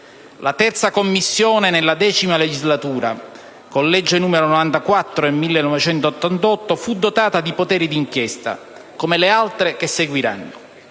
La terza Commissione, nella X legislatura (con legge n. 94 del 1988), fu dotata di poteri di inchiesta, come le altre che seguiranno.